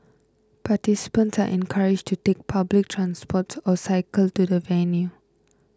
participants are encouraged to take public transport or cycle to the venue